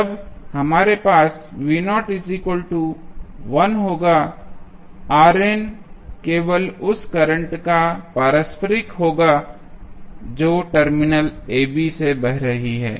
जब हमारे पास 1 होगा केवल उस करंट का पारस्परिक होगा जो टर्मिनल a b से बह रही है